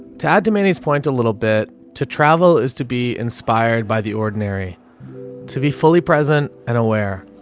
to add to mandy's point a little bit to travel is to be inspired by the ordinary to be fully present and aware,